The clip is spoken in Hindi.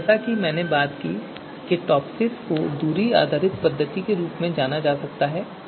अब जैसा कि मैंने बात की है कि टॉपसिस को दूरी आधारित पद्धति के रूप में जाना जाता है